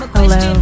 Hello